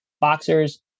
boxers